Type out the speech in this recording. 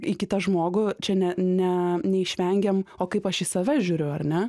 į kitą žmogų čia ne ne neišvengiam o kaip aš į save žiūriu ar ne